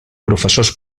professors